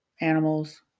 animals